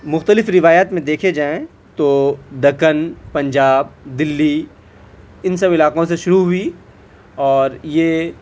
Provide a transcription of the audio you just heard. مختلف روایت میں دیکھے جائیں تو دکن پنجاب دلی ان سب علاقوں سے شروع ہوئی اور یہ